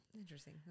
interesting